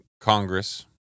Congress